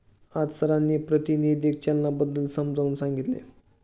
आज सरांनी प्रातिनिधिक चलनाबद्दल समजावून सांगितले